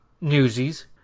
Newsies